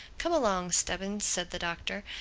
come along, stubbins, said the doctor,